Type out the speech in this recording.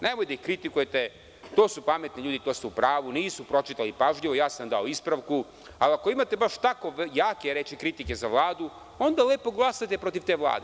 Nemojte da ih kritikujete, to su pametni ljudi, to ste u pravu, nisu pročitali pažljivo, ja sam dao ispravku, ali ako imate baš tako jake reči kritike za Vladu, onda lepo glasajte protiv te Vlade.